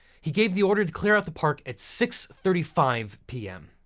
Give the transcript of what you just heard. he gave the order to clear out the park at six thirty five p m.